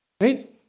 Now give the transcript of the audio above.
Right